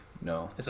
No